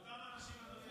אדוני השר,